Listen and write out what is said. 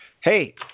Hey